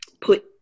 put